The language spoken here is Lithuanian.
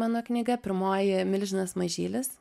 mano knyga pirmoji milžinas mažylis